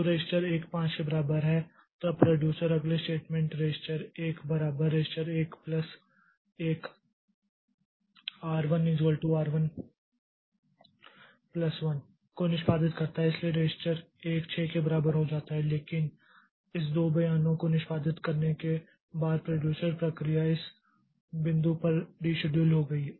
तो रजिस्टर 1 5 के बराबर है तब प्रोड्यूसर अगले स्टेटमेंट रजिस्टर 1 बराबर रजिस्टर 1 प्लस 1R1 R11 के निष्पादित करता है इसलिए रजिस्टर 1 6 के बराबर हो जाता है लेकिन इस दो बयानों को निष्पादित करने के बाद प्रोड्यूसर प्रक्रिया इस बिंदु पर डीशेड्यूल हो गई